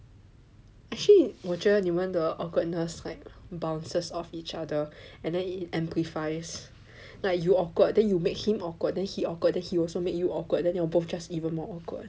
actually 我觉得你们 the awkwardness like bounces off each other and then it amplifies like you awkward then you make him awkward then he awkward then he also make you awkward then you're both just even more awkward